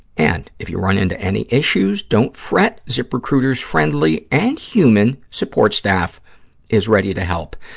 and if you run into any issues, don't fret. ziprecruiter's friendly and human support staff is ready to help.